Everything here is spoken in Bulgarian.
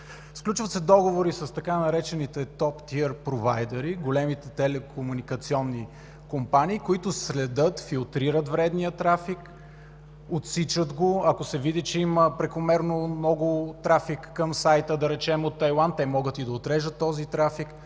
Сключват се договори с така наречените „Тop Tier провайдъри”, големите телекомуникационни компании, които следят, филтрират вредния трафик, отсичат го. Ако се види, че има прекомерно много трафик към сайта, да речем от Тайланд, те могат и да отрежат този трафик.